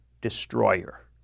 destroyer